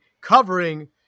covering